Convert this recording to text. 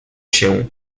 się